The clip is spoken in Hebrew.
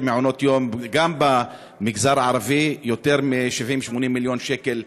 מעונות-יום גם במגזר הערבי ביותר מ-70 80 מיליון שקל,